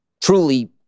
truly